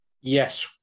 Yes